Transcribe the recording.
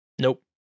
Nope